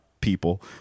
people